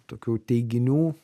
tokių teiginių